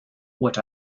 what